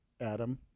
Adam